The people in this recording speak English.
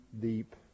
deep